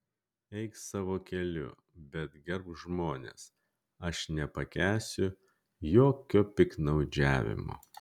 eik savo keliu bet gerbk žmones aš nepakęsiu jokio piktnaudžiavimo